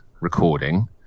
recording